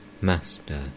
Master